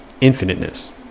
infiniteness